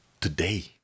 today